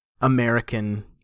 American